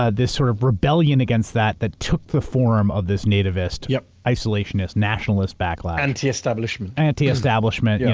ah this sort of rebellion against that that took the form of this nativist, yeah isolationist, nationalist backlash. anti-establishment. anti-establishment. and